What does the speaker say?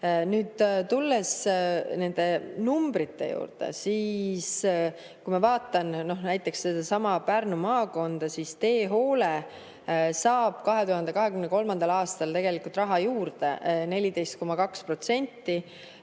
kui tulla nende numbrite juurde, siis kui ma vaatan näiteks sedasama Pärnu maakonda, siis teehoole saab 2023. aastal tegelikult raha juurde 14,2%.